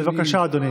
בבקשה, אדוני.